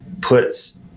puts